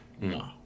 No